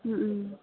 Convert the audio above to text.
ও ও